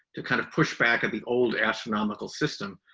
to kind of push back at the old astronomical system,